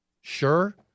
sure